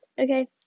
Okay